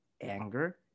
Anger